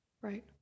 Right